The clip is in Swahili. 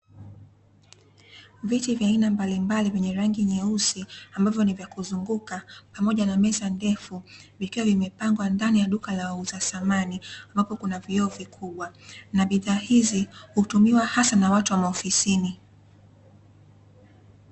Viti vya aina mbalimbali vyenye rangi nyeusi ambavyo ni vya kuzunguka pamoja na meza ndefu vikiwa vimepangwa ndani ya duka la wauza samani ambapo kuna vioo vikubwa na bidhaa hizi hutumiwa hasa na watu wa maofisini .